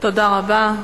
תודה רבה.